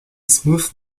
smooth